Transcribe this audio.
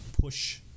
push